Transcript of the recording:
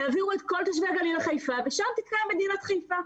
תעבירו את כל תושבי הגליל לחיפה ושם תתקיים מדינת חיפה.